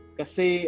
kasi